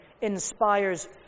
inspires